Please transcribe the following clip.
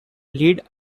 lead